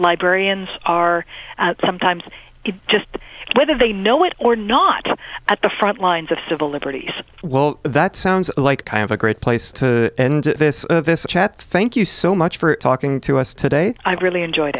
librarians are sometimes it just whether they know it or not at the front lines of civil liberties well that sounds like kind of a great place to end this chat thank you so much for talking to us today i really enjoyed